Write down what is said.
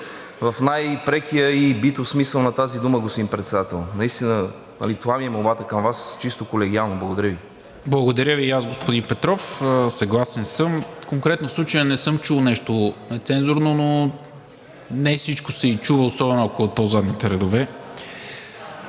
в най-прекия и битов смисъл на тази дума, господин Председател. Наистина това ми е молбата към Вас, чисто колегиално. Благодаря Ви. ПРЕДСЕДАТЕЛ НИКОЛА МИНЧЕВ: Благодаря Ви и аз, господин Петров, съгласен съм. Конкретно в случая не съм чул нещо нецензурно, но и не всичко се чува, особено ако е от по-задните редове.